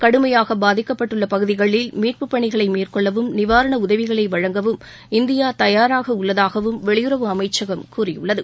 கடுமையாக பாதிக்கப்பட்டுள்ள பகுதிகளில் மீட்புப் பணிகளை மேற்கொள்ளவும் நிவாரண உதவிகளை வழங்கவும் இந்தியா தயாராக உள்ளதாகவும் வெளியுறவு அமைச்சகம் கூறியுள்ளது